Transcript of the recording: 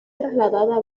trasladada